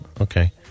Okay